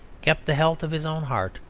kept the health of his own heart,